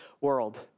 world